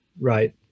right